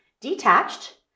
detached